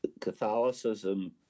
Catholicism